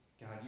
God